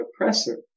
oppressor